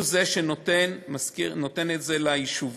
הוא זה שנותן, משכיר, נותן את זה ליישובים.